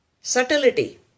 subtlety